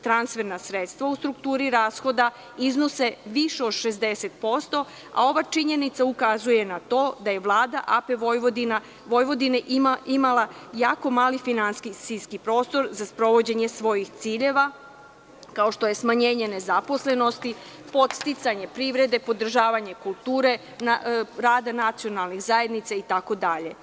Transferna sredstva u strukturi rashoda iznose više od 60%, a ova činjenica ukazuje na to da je Vlada AP Vojvodine imala jako mali finansijski prostor za sprovođenje svojih ciljeva, kao što je smanjenje nezaposlenosti, podsticanje privrede, podržavanje kulture, rada nacionalnih zajednica, itd.